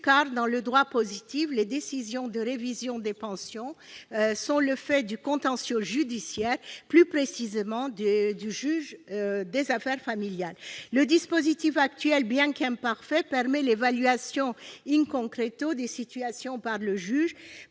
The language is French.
car, dans le droit positif, les décisions de révision des pensions sont le fait du contentieux judiciaire, plus précisément du juge aux affaires familiales. Le dispositif actuellement en vigueur, bien qu'imparfait, permet l'évaluation des situations par le juge